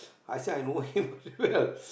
I said I know him very well